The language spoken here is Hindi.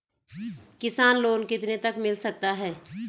किसान लोंन कितने तक मिल सकता है?